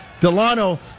Delano